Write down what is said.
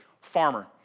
farmer